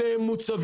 אלה הם מוצבים.